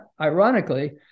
ironically